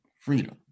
freedom